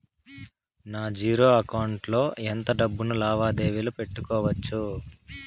నా zero account లో ఎంత డబ్బులు లావాదేవీలు పెట్టుకోవచ్చు?